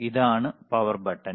ഇതാണ് power button